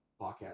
podcast